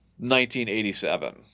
1987